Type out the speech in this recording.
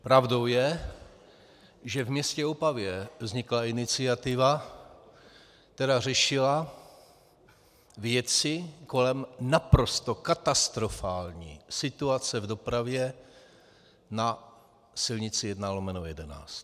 Pravdou je, že v městě Opavě vznikla iniciativa, která řešila věci kolem naprosto katastrofální situace v dopravě na silnici I/11.